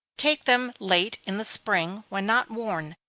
take them late in the spring, when not worn,